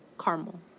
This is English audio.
Caramel